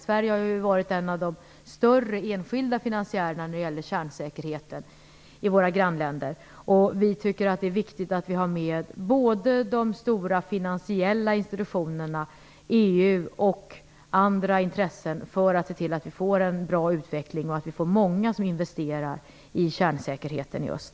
Sverige har ju varit en av de större enskilda finansiärerna när det gäller kärnsäkerheten i våra grannländer, och vi tycker att det är viktigt att ha med både de stora finansiella institutionerna, EU och andra intressen för att se till att få en bra utveckling och att det blir många som investerar i kärnsäkerheten i öst.